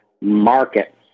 market